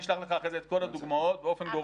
אני אשלח לך אחרי זה את כל הדוגמאות באופן גורף